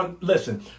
Listen